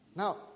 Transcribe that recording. Now